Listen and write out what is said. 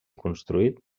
construït